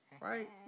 Right